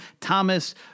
Thomas